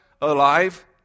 Alive